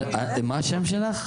מה השם שלך?